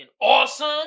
awesome